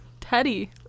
teddy